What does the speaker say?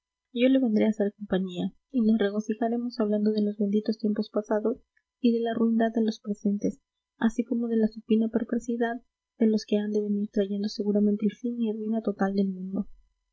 yo le vendré a hacer compañía y nos regocijaremos hablando de los benditos tiempos pasados y de la ruindad de los presentes así como de la supina perversidad de los que han de venir trayendo seguramente el fin y ruina total del